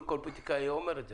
לא כל פוליטיקאי היה אומר את זה.